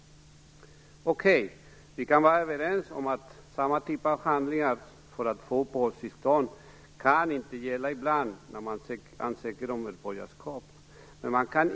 Okej, vi kan vara överens om att samma typ av handlingar för att få uppehållstillstånd ibland inte kan gälla när man ansöker om medborgarskap.